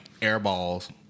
airballs